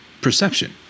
Perception